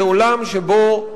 זה עולם שבו,